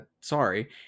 sorry